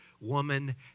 woman